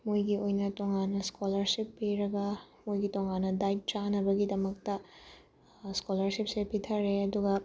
ꯃꯣꯏꯒꯤ ꯑꯣꯏꯅ ꯇꯣꯉꯥꯟꯅ ꯏꯁꯀꯣꯂꯔꯁꯤꯞ ꯄꯤꯔꯒ ꯃꯣꯏꯒꯤ ꯇꯣꯉꯥꯟꯅ ꯗꯥꯏꯠ ꯆꯥꯅꯕꯒꯤꯗꯃꯛꯇ ꯏꯁꯀꯣꯂꯔꯁꯤꯞꯁꯦ ꯄꯤꯊꯔꯦ ꯑꯗꯨꯒ